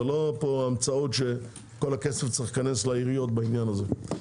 זה לא המצאות שכל הכסף צריך להיכנס לעיריות בעניין הזה.